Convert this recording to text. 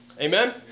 Amen